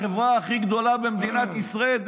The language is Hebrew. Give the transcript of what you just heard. החברה הכי גדולה במדינת ישראל.